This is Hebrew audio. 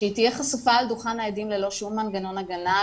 שהיא תהיה חשופה על דוכן העדים ללא שום מנגנון הגנה,